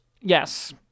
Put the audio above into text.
Yes